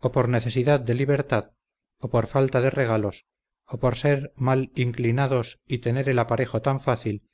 o por necesidad de libertad o por la falta de regalos o por ser mal inclinados y tener el aparejo tan fácil